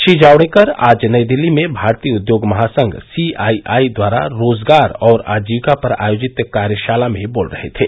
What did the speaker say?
श्री जावडेकर आज नई दिल्ली में भारतीय उद्योग महासंघ सीआईआई द्वारा रोजगार और आजीविका पर आयोजित कार्यशाला में बोल रहे थे